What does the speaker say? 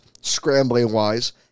scrambling-wise